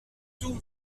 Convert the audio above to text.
tout